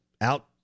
out